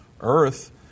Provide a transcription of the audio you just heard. earth